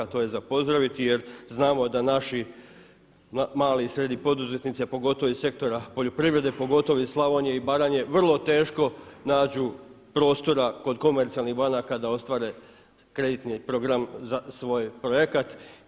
To je za pozdraviti jer znamo da naši mali i srednji poduzetnici a pogotovo iz sektora poljoprivrede, pogotovo iz Slavonije i Baranje vrlo teško nađu prostora kod komercijalnih banaka da ostvare kreditni program za svoj projekat.